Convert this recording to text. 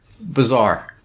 Bizarre